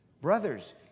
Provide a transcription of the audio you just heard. Brothers